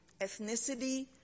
ethnicity